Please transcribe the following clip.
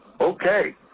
Okay